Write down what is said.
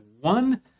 one